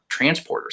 transporters